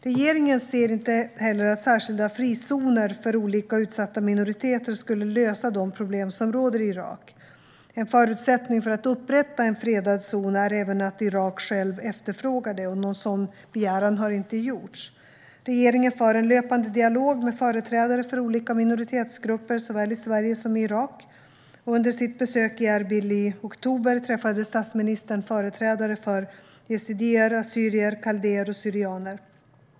Regeringen ser inte heller att särskilda frizoner för olika utsatta minoriteter skulle lösa de problem som råder i Irak. En förutsättning för att upprätta en fredad zon är även att Irak själv efterfrågar det. Någon sådan begäran har inte gjorts. Regeringen för en löpande dialog med företrädare för olika minoritetsgrupper, såväl i Sverige som i Irak. Under sitt besök i Erbil i oktober träffade statsministern företrädare för yazidier, assyrier, kaldéer och syrianer.